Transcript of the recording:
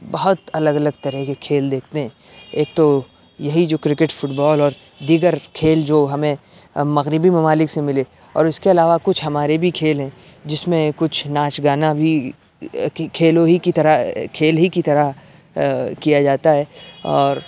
بہت الگ الگ طرح کے کھیل دیکھتے ہیں ایک تو یہی جو کرکٹ فٹ بال اور دیگر کھیل جو ہمیں مغربی ممالک سے ملے اور اُس کے علاوہ کچھ ہمارے بھی کھیل ہیں جس میں کچھ ناچ گانا بھی کھیلوں ہی کی طرح کھیل ہی کی طرح کیا جاتا ہے اور